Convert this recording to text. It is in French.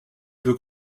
veut